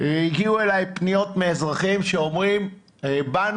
הגיעו אליי פניות מאזרחים שאומרים שהם באו